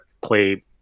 play